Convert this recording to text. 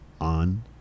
on